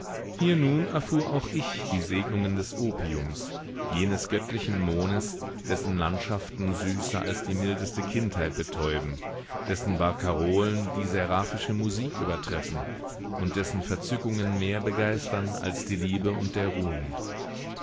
hier nun erfuhr auch ich die segnungen des opiums jenes göttlichen mohnes dessen landschaften süßer als die mildeste kindheit betäuben dessen barkarolen die seraphische musik übertreffen und dessen verzückungen mehr begeistern als die liebe und der ruhm